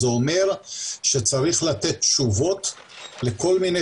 זה אומר שצריך לתת תשובות לכל מיני